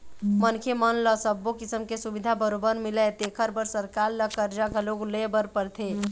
मनखे मन ल सब्बो किसम के सुबिधा बरोबर मिलय तेखर बर सरकार ल करजा घलोक लेय बर परथे